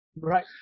right